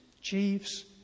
chiefs